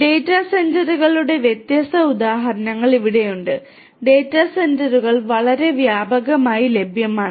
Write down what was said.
data സെന്ററുകളുടെ വ്യത്യസ്ത ഉദാഹരണങ്ങൾ ഇവിടെയുണ്ട് ഡാറ്റാ സെന്ററുകൾ വളരെ വ്യാപകമായി ലഭ്യമാണ്